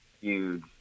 huge